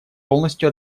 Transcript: полностью